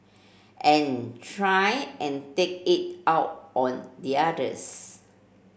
and try and take it out on the others